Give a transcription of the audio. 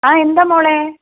ആ എന്താ മോളെ